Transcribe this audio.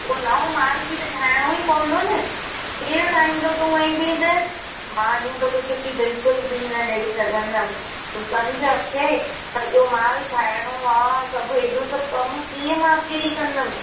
नओं मालु बि त ठाहिणो ई पवंदो न केरु ठाहींदो तूं वेंदे त मां हीअं तोखे छुटी बिल्कुलु बि न ॾेई सघंदमि तूं समुझ अक्षय सॼो मालु ठाहिणो आहे सभु हेॾो सभु कमु मां कीअं अकेली कंदमि